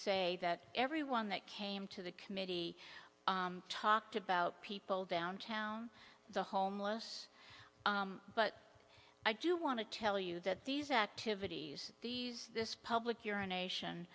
say that everyone that came to the committee talked about people downtown the homeless but i do want to tell you that these activities these this public urination